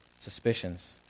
suspicions